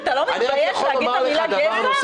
אתה לא מתבייש להגיד את המילה גזע?